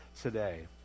today